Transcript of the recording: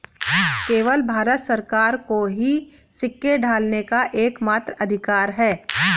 केवल भारत सरकार को ही सिक्के ढालने का एकमात्र अधिकार है